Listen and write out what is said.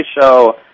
show